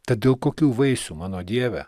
tad dėl kokių vaisių mano dieve